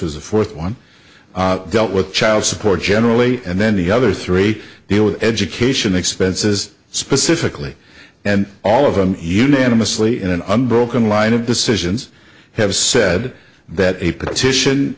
a fourth one dealt with child support generally and then the other three deal with education expenses specifically and all of them unanimously in an unbroken line of decisions have said that a petition